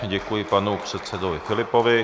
Děkuji panu předsedovi Filipovi.